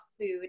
food